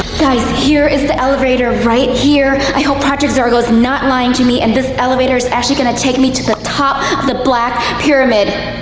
guys here is the elevator right here. i hope project zorgo is not lying to me and this elevator is actually going to take me to the top of the black pyramid.